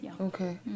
Okay